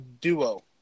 duo